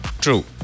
true